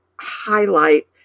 highlight